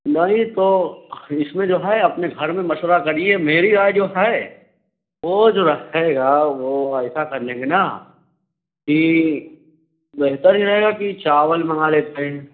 نہیں تو اِس میں جو ہے اپنے گھر میں مشورہ کریے میری رائے جو ہے وہ جو رہے گا وہ ایسا کر لیں گے نا کہ بہتر یہ رہے گا کہ چاول منگا لیتے ہیں